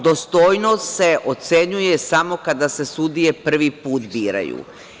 Dostojnost se ocenjuje samo kada se sudije prvi put biraju.